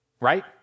Right